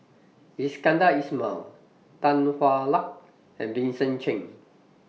Iskandar Ismail Tan Hwa Luck and Vincent Cheng